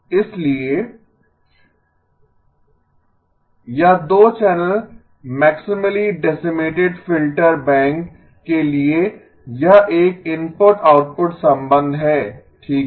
इसलिए X T X A X −z यह दो channel maximally decimated filter bank के लिए यह एक इनपुट आउटपुट संबंध है ठीक है